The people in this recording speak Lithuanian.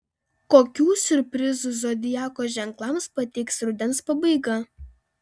kokių siurprizų zodiako ženklams pateiks rudens pabaiga